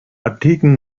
antiken